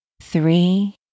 Three